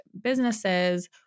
businesses